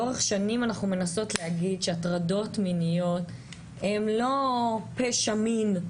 לאורך שנים אנחנו מנסות להגיד שהטרדות מיניות הן לא פשע מין,